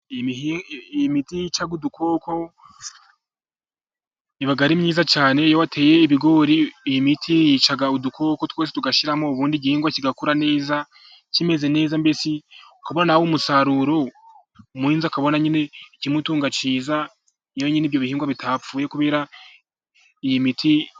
Imiti yicaga udukoko iba ari myiza cyane, iyo wateye ibigori iyi imiti, yica udukoko twose tugashyiramo, ubundi igihingwa kigakura neza kimeze neza, mbese ukabona umusaruro, umuhinzi akabona nyine ikimutunga cyiza, iyo nyine ibyo bihingwa bitapfuye kubera iyi miti.